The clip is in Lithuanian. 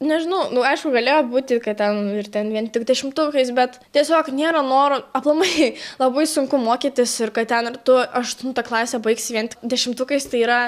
nežinau nu aišku galėjo būti kad ten ir ten vien tik dešimtukais bet tiesiog nėra noro aplamai labai sunku mokytis ir kad ten ir tu aštuntą klasę baigsi vien tik dešimtukais tai yra